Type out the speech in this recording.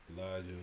Elijah